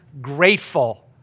grateful